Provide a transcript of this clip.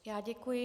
Já děkuji.